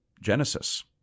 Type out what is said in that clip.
Genesis